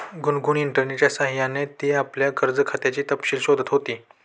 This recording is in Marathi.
गुनगुन इंटरनेटच्या सह्याने ती आपल्या कर्ज खात्याचे तपशील शोधत होती